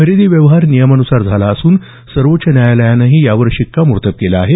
खरेदी व्यवहार नियमानुसार झाला असून सर्वोच्च न्यायालयानंही यावर शिक्कामोर्तब केलं आहे